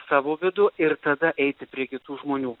savo vidų ir tada eiti prie kitų žmonių